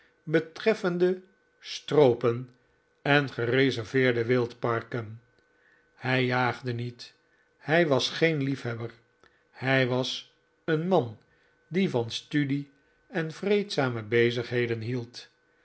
betreffende stroopen en gereserveerde wildparken hij jaagde niet hij was geen liefhebber hij was een man die van studie en vreedzame bezigheden hield